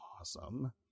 awesome